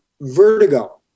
vertigo